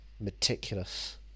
meticulous